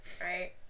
Right